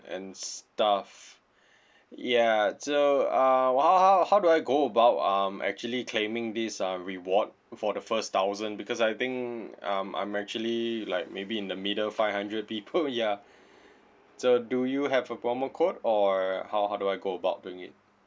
and stuff ya so uh what how how how do I go about um actually claiming this um reward for the first thousand because I think um I'm actually like maybe in the middle five hundred people ya so do you have a promo code or how how do I go about doing it